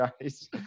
guys